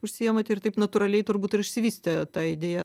užsiimate ir taip natūraliai turbūt ir išsivystė ta idėja